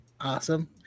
Awesome